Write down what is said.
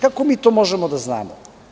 Kako mi to možemo da znamo?